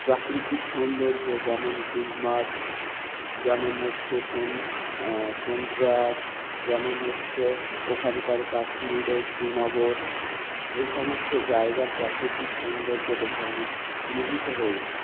প্রাকৃতিক সৌন্দর্য যেমন গুলমার্গ যেমন হচ্ছে শোন শোনপ্রয়াগ যেমন হচ্ছে ওখানকার কাশ্মীরের শ্রীনগর এইসমস্ত জায়গার প্রাকৃতিক সৌন্দর্য দেখে আমি মোহিত হয়েছি